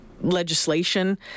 legislation